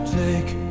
take